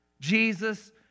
Jesus